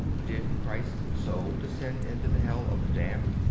did christ's soul descend into the hell of the damned?